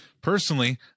personally